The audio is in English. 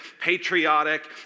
patriotic